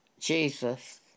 Jesus